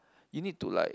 you need to like